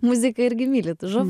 muziką irgi mylit žavu